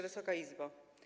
Wysoka Izbo!